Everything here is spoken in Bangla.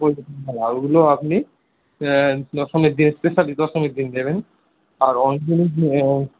অপরাজিতা নয় ওগুলো আপনি স্পেশালি দশমীর দিন দেবেন আর অঞ্জলির জন্য